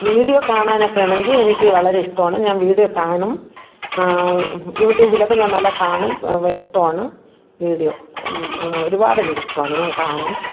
video കാണാനൊക്കെ ആണെങ്കിൽ എനിക്ക് വളരെ ഇഷ്ടമാണ് ഞാൻ വീഡിയോ കാണും യൂട്യൂബിലൊക്കെ ഞാൻ നല്ലത് കാണും ഇഷ്ടമാണ് വീഡിയോ ഒരുപാട് എനിക്ക് ഇഷ്ടമാണ് ഞാൻ കാണും